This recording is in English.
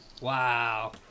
wow